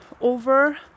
over